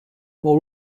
more